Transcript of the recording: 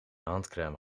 handcrème